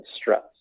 stress